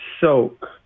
soak